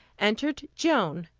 entered joan,